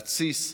להתסיס,